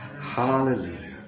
Hallelujah